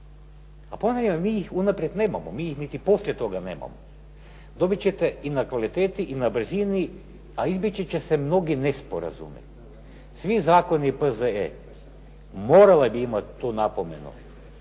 … jer mi ih unaprijed nemamo, mi ih niti poslije toga nemamo. Dobiti ćete i na kvaliteti i na brzini, a izbjeći će se mnogi nesporazumi. Svi zakoni P.Z.E. morali bi imati tu napomenu.